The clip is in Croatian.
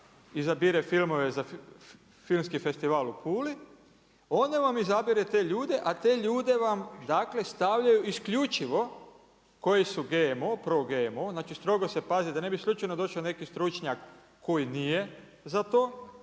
izabire filmove za Filmski festival u Puli, ona vam izabire te ljude, a te ljude vam stavljaju isključivo koji su pro GMO znači strogo se pazi da ne bi slučajno došao neki stručnjak koji nije za to.